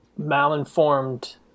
malinformed